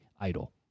idol